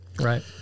right